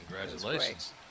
Congratulations